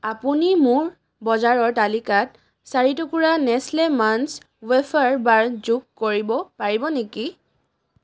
আপুনি মোৰ বজাৰৰ তালিকাত চাৰি টুকুৰা নেচ্লে মাঞ্চ ৱেফাৰ বাৰ যোগ কৰিব পাৰিব নেকি